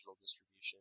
distribution